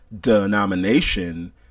denomination